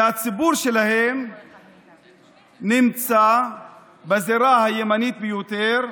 אני חייב לומר: הציבור שלהם נמצא בזירה הימנית ביותר,